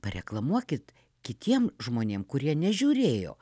pareklamuokit kitiem žmonėm kurie nežiūrėjo